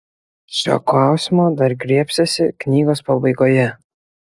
šio klausimo dar griebsiuosi knygos pabaigoje